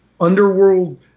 underworld